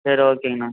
சரி ஓகேங்க அண்ணா